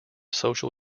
social